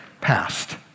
passed